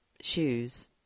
shoes